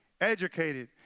educated